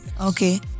Okay